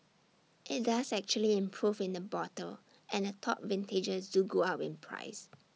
IT does actually improve in the bottle and the top vintages do go up in price